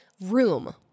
room